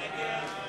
תקבל אחת,